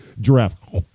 giraffe